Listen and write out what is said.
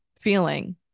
feeling